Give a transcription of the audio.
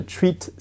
Treat